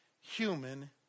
human